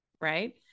right